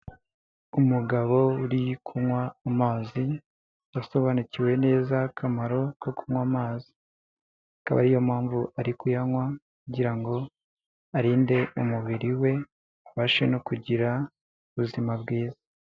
Umugabo uri kunywa amazi asobanukiwe neza akamaro ko kunywa amazi, akaba ari yo mpamvu ari kuyanywa kugira ngo arinde umubiri we abashe no kugira ubuzima bwiza.